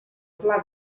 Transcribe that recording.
pla